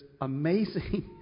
amazing